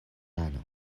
lano